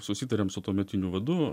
susitarėm su tuometiniu vadu